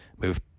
move